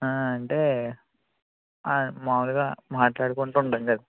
అంటే మాములుగా మాట్లాడుకుంటుంటాం కదండి